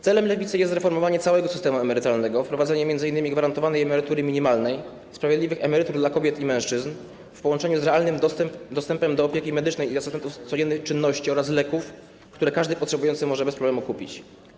Celem Lewicy jest zreformowanie całego systemu emerytalnego, wprowadzenie m.in. gwarantowanej emerytury minimalnej, sprawiedliwych emerytur dla kobiet i mężczyzn w połączeniu z realnym dostępem do opieki medycznej i asystentów codziennych czynności oraz leków, które każdy potrzebujący może bez problemu kupić.